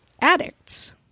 addicts